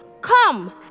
Come